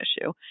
issue